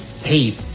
tape